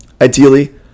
Ideally